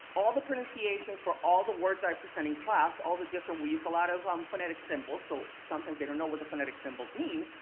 all the pronunciation for all the words i present in class, all the different we use a lot of um phonetic symbols. so sometimes they don't know what the phonetic symbols mean.